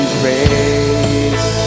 grace